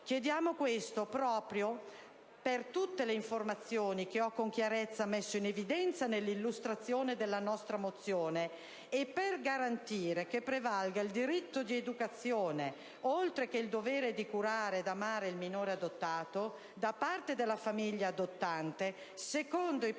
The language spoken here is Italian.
Chiediamo questo proprio per tutte le informazioni che con chiarezza ho messo in evidenza nell'illustrazione della nostra mozione e per garantire che prevalga il diritto di educazione, oltre che il dovere di curare ed amare il minore adottato, da parte della famiglia adottante secondo i